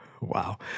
wow